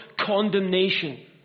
condemnation